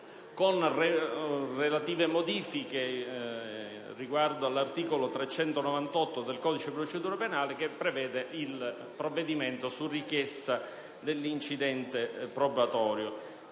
relative modifiche riguardo all'articolo 398 del codice di procedura penale, che prevede il provvedimento su richiesta dell'incidente probatorio.